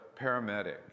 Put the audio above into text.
paramedic